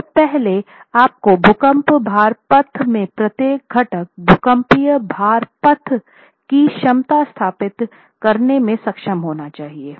तो पहले आपको भूकंप भार पथ में प्रत्येक घटक भूकंपीय भार पथ की क्षमता स्थापित करने में सक्षम होना चाहिए